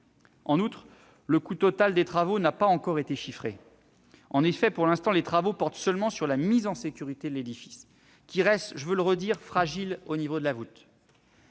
En outre, le coût total des travaux n'a pas encore été chiffré. En effet, pour l'instant, les travaux portent seulement sur la mise en sécurité de l'édifice, qui reste, je veux le redire, fragile au niveau de la voûte.